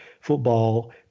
football